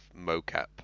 mocap